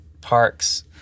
parks